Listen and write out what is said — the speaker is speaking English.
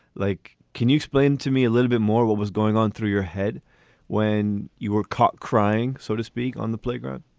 like, can you explain to me a little bit more what was going on through your head when you were caught crying, so to speak, on the playground?